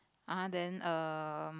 (uh huh) then um